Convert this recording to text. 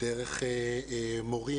דרך מורים,